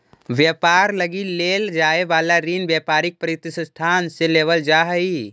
व्यापार लगी लेल जाए वाला ऋण व्यापारिक प्रतिष्ठान से लेवल जा हई